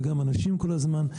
וגם אנשים כל הזמן,